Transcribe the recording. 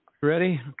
ready